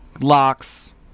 locks